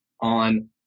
on